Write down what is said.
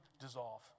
dissolve